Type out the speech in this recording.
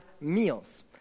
meals